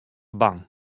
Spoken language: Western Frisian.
bang